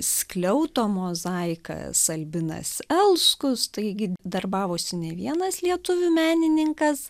skliauto mozaikas albinas elskus taigi darbavosi ne vienas lietuvių menininkas